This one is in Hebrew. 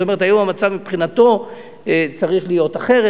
זאת אומרת, היום המצב מבחינתו צריך להיות אחרת.